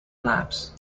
labs